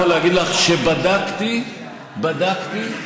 אני יכול להגיד לך שבדקתי,